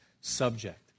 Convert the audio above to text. subject